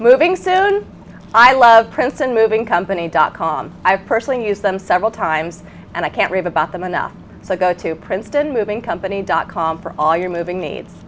moving soon i love prince and moving company dot com i personally use them several times and i can't read about them enough so i go to princeton moving company dot com for all your moving needs